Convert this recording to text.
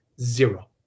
zero